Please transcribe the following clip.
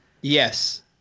yes